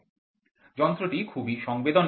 যন্ত্রটি খুবই সংবেদনশীল